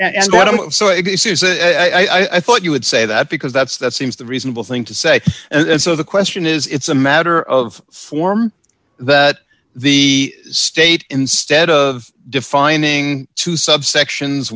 i'm so if i thought you would say that because that's that seems the reasonable thing to say and so the question is it's a matter of form that the state instead of defining to subsections